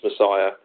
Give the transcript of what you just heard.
Messiah